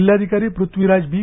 जिल्हाधिकारी पृथ्वीराज बी